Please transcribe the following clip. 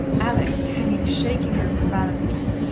alex, hanging shaking over the balustrade,